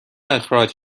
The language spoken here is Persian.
اخراج